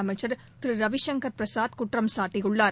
அமைச்சர் திரு ரவிசங்கர் பிரசாத் குற்றம்சாட்டியுள்ளார்